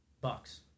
Bucks